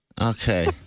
Okay